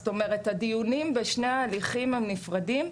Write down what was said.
זאת אומרת בשני ההליכים הם נפרדים,